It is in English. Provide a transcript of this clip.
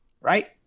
Right